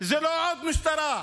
זה לא עוד משטרה,